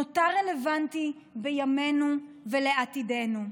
נותר רלוונטי בימינו ולעתידנו.